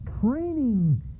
training